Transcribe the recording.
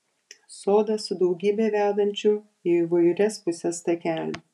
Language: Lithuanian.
sodas su daugybe vedančių į įvairias puses takelių